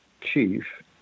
chief